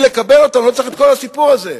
לקבל אותה לא צריך את כל הסיפור הזה.